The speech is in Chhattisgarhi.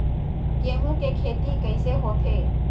गेहूं के खेती कइसे होथे?